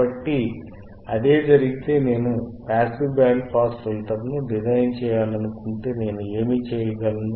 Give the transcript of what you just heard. కాబట్టి ఇదే జరిగితే మరియు నేను పాసివ్ బ్యాండ్ పాస్ ఫిల్టర్ను డిజైన్ చేయాలనుకుంటే నేను ఏమి చేయగలను